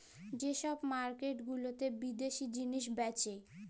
যে ছব মার্কেট গুলাতে বিদ্যাশি জিলিস বেঁচে